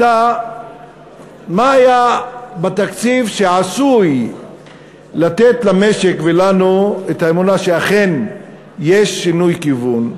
מה היה בתקציב שעשוי לתת למשק ולנו את האמונה שאכן יש שינוי כיוון?